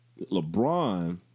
LeBron